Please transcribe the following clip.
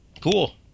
Cool